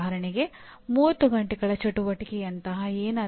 ನಿಜವಾದ ಮಾನ್ಯತೆ ಪ್ರಕ್ರಿಯೆ ಏನು